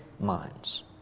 minds